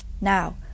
Now